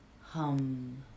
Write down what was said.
Hum